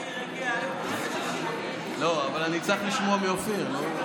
לא, אבל אני צריך לשמוע מאופיר.